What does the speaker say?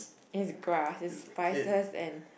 yes grass it's spices and